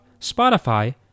Spotify